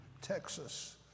Texas